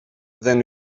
then